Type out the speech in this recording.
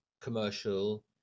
commercial